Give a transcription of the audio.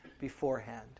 beforehand